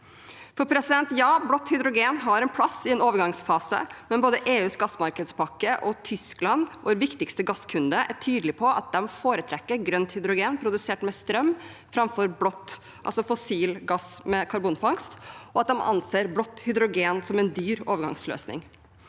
til. Blått hydrogen har en plass i en overgangsfase, men både EU, gjennom sin gassmarkedspakke, og Tyskland, vår viktigste gasskunde, er tydelige på at de foretrekker grønt hydrogen produsert med strøm framfor blått, altså fossil gass med karbonfangst, og at de anser blått hydrogen som en dyr overgangsløsning.